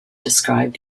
described